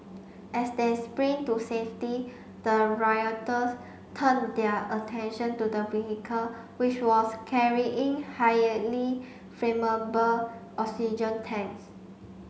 as they sprint to safety the rioters turned their attention to the vehicle which was carrying flammable oxygen tanks